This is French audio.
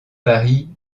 paris